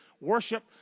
Worship